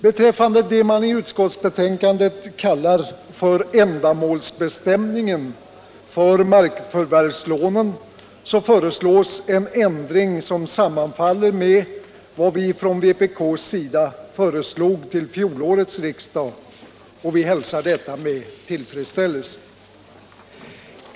Beträffande det man i utskottsbetänkandet kallar för ändamålsbestämningen för markförvärvslånen föreslås en ändring som sammanfaller med vad vi från vpk föreslog till fjolårets riksdag, och vi hälsar detta med tillfredsställelse.